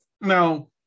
Now